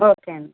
okay అండి